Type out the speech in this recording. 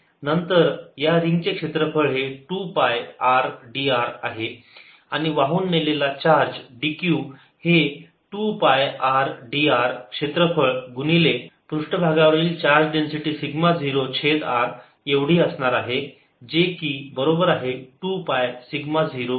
नंतर या रिंगचे क्षेत्रफळ हे 2 पाय r dr आहे आणि वाहून नेलेले चार्ज dq हे 2 पाय r d r क्षेत्रफळ गुणिले पृष्ठभागावरील चार्ज डेन्सिटी सिग्मा 0 छेद r एवढी असणार आहे जे की बरोबर आहे 2 पाय सिग्मा 0 dr